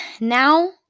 now